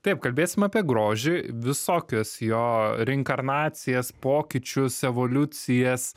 taip kalbėsim apie grožį visokias jo rinkarnacijas pokyčius evoliucijas